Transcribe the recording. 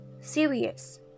serious